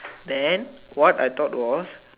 then what I thought was